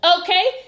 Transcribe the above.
Okay